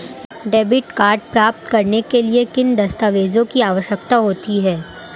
Debit card प्राप्त करने के लिए किन दस्तावेज़ों की आवश्यकता होती है?